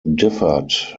differed